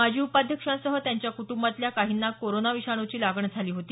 माजी उपाध्यक्षांसह त्यांच्या कुटुंबातल्या काहींना कोरोना विषाणूची लागण झाली होती